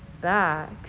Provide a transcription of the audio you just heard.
back